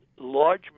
large